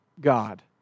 God